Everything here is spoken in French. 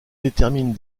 détermine